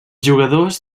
jugadors